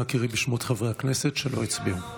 נא קראי בשמות חברי הכנסת שלא הצביעו.